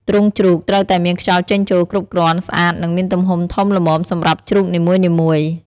ទ្រុងជ្រូកត្រូវតែមានខ្យល់ចេញចូលគ្រប់គ្រាន់ ស្អាត និងមានទំហំធំល្មមសម្រាប់ជ្រូកនីមួយៗ។